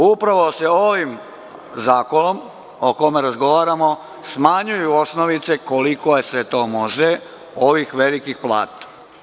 Upravo se ovim zakonom, o kome razgovaramo, smanjuju osnovice koliko se to može ovih velikih plata.